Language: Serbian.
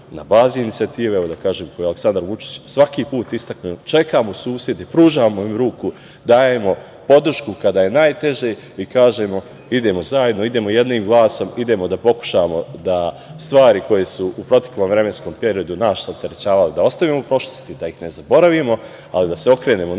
na bazi inicijative koju Aleksandar Vučić svaki put istakne, čekamo susede i pružamo im ruku, dajemo podršku kada je najteže, mi kažemo idemo zajedno, idemo jednim glasom, idemo da pokušamo da stvari koje su u proteklom vremenskom periodu nas opterećivali, da ostavimo u prošlosti, da ih ne zaboravimo, ali da se okrenemo novim